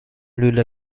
لوله